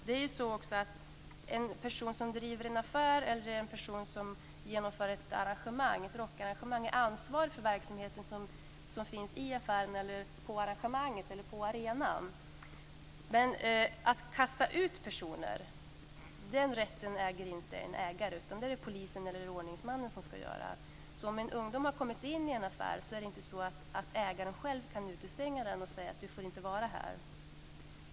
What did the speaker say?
Det är också så att en person som driver en affär eller en person som genomför en rockarrangemang är ansvarig för den verksamhet som finns i affären, inom arrangemanget eller på arenan. Men rätten att kasta ut personer äger inte ägaren, utan det är polisen eller ordningsmannen som ska göra det. Om en ungdom har kommit in i en affär kan inte ägaren själv utestänga denna och säga: Du får inte vara här.